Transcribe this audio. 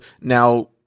now-